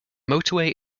motorway